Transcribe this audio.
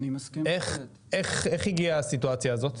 איך הגיעה הסיטואציה הזו,